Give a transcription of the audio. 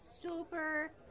super